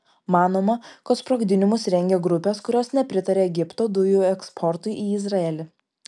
manoma kad sprogdinimus rengia grupės kurios nepritaria egipto dujų eksportui į izraelį